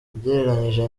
ugereranyije